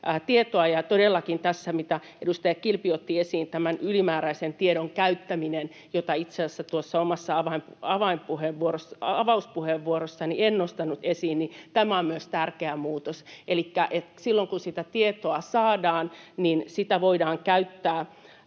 tärkeää tietoa. Ja todellakin tässä tämä, mitä edustaja Kilpi otti esiin, tämän ylimääräisen tiedon käyttäminen, jota itse asiassa tuossa omassa avauspuheenvuorossani en nostanut esiin, on myös tärkeä muutos. Elikkä silloin kun sitä tietoa saadaan, niin sitä voidaan käyttää